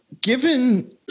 given